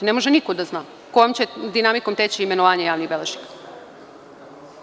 Ne može niko da zna kojom će dinamikom teći imenovanje javnih beležnika.